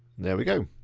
there we go.